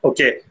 Okay